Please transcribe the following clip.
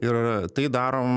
ir tai darom